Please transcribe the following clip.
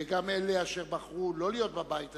וגם לאלה אשר בחרו לא להיות בבית היום,